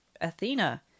Athena